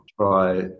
try